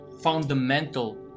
fundamental